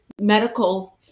medical